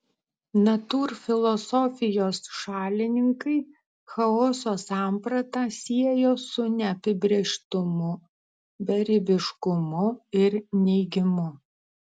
natūrfilosofijos šalininkai chaoso sampratą siejo su neapibrėžtumu beribiškumu ir neigimu